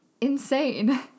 Insane